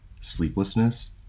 sleeplessness